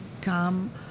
come